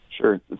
Sure